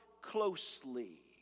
closely